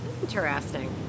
Interesting